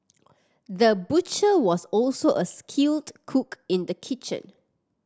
the butcher was also a skilled cook in the kitchen